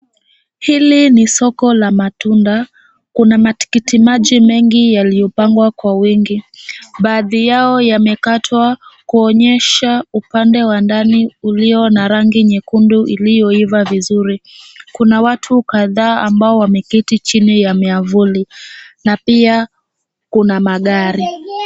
Hili ni soko la matunda. Kuna matikitiki maji yaliyopangwa kwa wengi, baadhi yao yamekatwa kuonyesha upande wa ndani ulio na rangi nyekundu ilio iva vizuri. Kuna watu kadhaa ambao wameketi chini ya miavuli na pia kuna magari.